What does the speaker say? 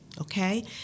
okay